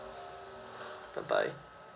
bye bye